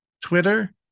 Twitter